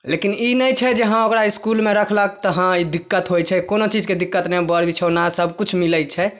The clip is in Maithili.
लेकिन ई नहि छै जे हॅं ओकरा इसकुलमे रखलक तहाँ ई दिक्कत होइ छै कोनो चीजके दिक्कत नहि बड़ बिछौना सभकिछु मिलै छै